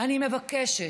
אני מבקשת,